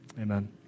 Amen